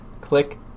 click